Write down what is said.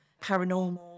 paranormal